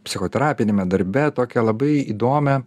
psichoterapiniame darbe tokią labai įdomią